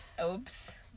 Oops